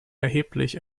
erheblich